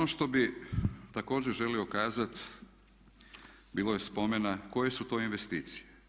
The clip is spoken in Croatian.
Ono što bi također želio kazati bilo je spomena koje su to investicije?